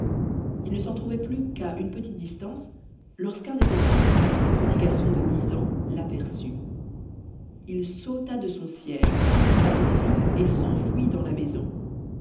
il ne s'en trouvait plus qu'à une petite distance lorsqu'un des enfants petit garçon de dix ans l'aperçut il sauta de son siège poussa un cri et s'enfuit dans la maison